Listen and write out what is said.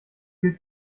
viel